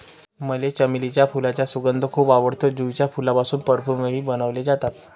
मला चमेलीच्या फुलांचा सुगंध खूप आवडतो, जुईच्या फुलांपासून परफ्यूमही बनवले जातात